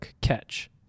catch